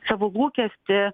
savo lūkestį